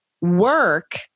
work